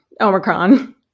Omicron